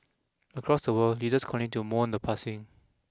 across the world leaders continued to moan the passing